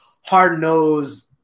hard-nosed